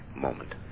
moment